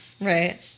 Right